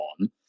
on